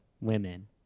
women